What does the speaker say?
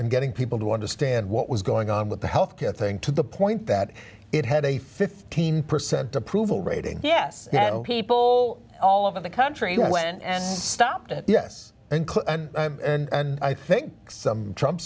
in getting people to understand what was going on with the health care thing to the point that it had a fifteen percent approval rating yes people all over the country went and stopped it yes and i think some trump